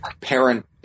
parent